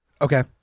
Okay